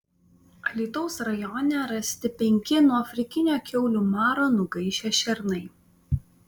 alytaus rajone rasti penki nuo afrikinio kiaulių maro nugaišę šernai